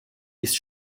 ist